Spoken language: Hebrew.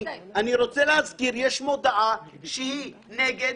אני רוצה להזכיר שיש מודעה שהיא נגד.